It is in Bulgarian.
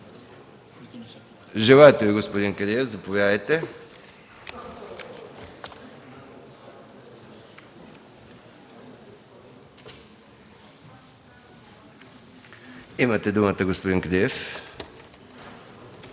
Желаете ли, господин Кадиев? Заповядайте, имате думата, господин Кадиев.